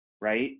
right